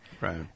right